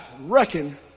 reckon